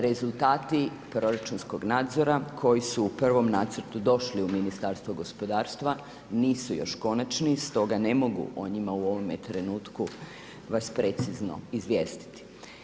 Rezultati proračunskog nadzora koji su u prvom nacrtu došli u Ministarstva nisu još konačni stoga ne mogu o njima u ovome trenutku vas precizno izvijestiti.